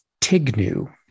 tignu